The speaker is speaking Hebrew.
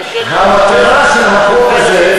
אבל המטרה של החוק הזה,